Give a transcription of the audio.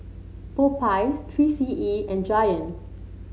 Popeyes Three C E and Giant